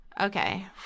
Okay